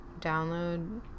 download